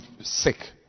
sick